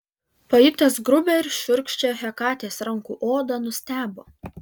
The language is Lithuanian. pajutęs grubią ir šiurkščią hekatės rankų odą nustebo